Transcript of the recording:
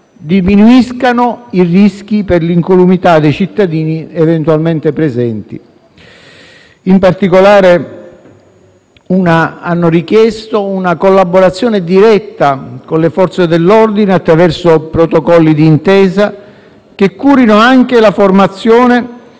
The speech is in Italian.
diminuire i rischi per l'incolumità dei cittadini eventualmente presenti. In particolare, i soggetti auditi hanno richiesto una collaborazione diretta con le Forze dell'ordine attraverso protocolli di intesa, che curino anche la formazione